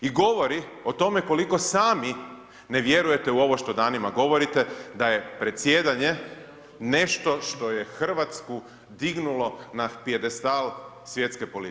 I govori o tome koliko sami ne vjerujete u ovo što danima govorite da je predsjedanje nešto što je Hrvatsku dignulo na pijedestal svjetske politike.